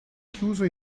chiuso